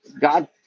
God